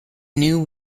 new